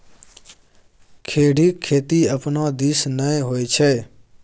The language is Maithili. खेढ़ीक खेती अपना दिस नै होए छै